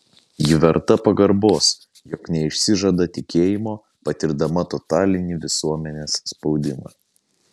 ji verta pagarbos jog neišsižada tikėjimo patirdama totalinį visuomenės spaudimą